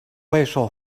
备受